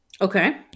Okay